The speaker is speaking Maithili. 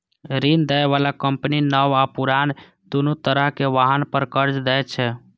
ऋण दै बला कंपनी नव आ पुरान, दुनू तरहक वाहन पर कर्ज दै छै